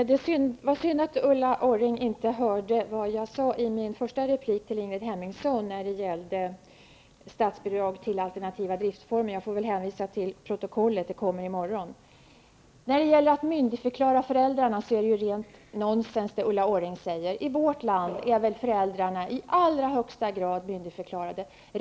Herr talman! Det var synd att Ulla Orring inte hörde vad jag sade i min första replik till Ingrid Hemmingsson när det gällde statsbidrag till alternativa driftformer. Jag får väl hänvisa till protokollet, som kommer i morgon. Det som Ulla Orring säger om att myndigförklara föräldrarna är rent nonsens. I vårt land är väl föräldrarna i allra högsta grad myndigförklarade.